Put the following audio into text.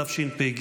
התשפ"ג